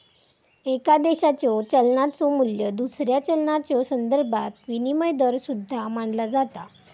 एका देशाच्यो चलनाचो मू्ल्य दुसऱ्या चलनाच्यो संदर्भात विनिमय दर सुद्धा मानला जाता